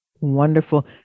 Wonderful